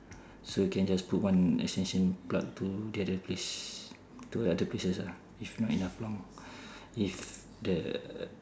so you can just put one extension plug to the other place to other places ah if not enough long if the